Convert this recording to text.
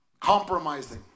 Compromising